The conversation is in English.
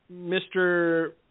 Mr